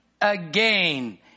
again